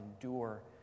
endure